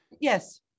Yes